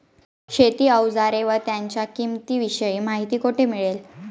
शेती औजारे व त्यांच्या किंमतीविषयी माहिती कोठे मिळेल?